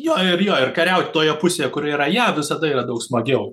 jo ir jo ir kariaut toje pusėje kur yra jav visada yra daug smagiau